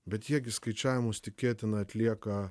bet jie gi skaičiavimus tikėtina atlieka